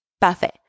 Parfait